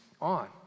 on